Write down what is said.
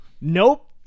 Nope